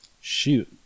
Shoot